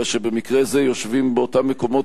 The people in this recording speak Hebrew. אלא שבמקרה זו יושבים באותם מקומות